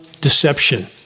deception